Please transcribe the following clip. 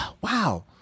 wow